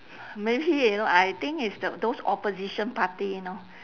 maybe you know I think it's the those opposition party you know